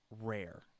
rare